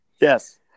yes